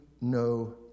no